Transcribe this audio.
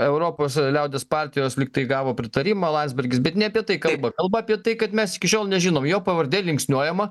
europos liaudies partijos lyg tai gavo pritarimą landsbergis bet ne apie tai kalba kalba apie tai kad mes iki šiol nežinom jo pavardė linksniuojama